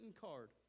card